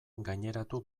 gaineratu